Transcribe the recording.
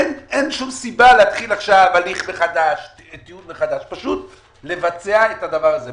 אין שום סיבה להתחיל עכשיו הליך מחדש אלא פשוט לבצע את הדבר הזה.